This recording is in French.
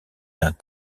d’un